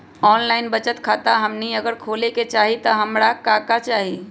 Online बचत खाता हमनी अगर खोले के चाहि त हमरा का का चाहि?